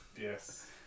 Yes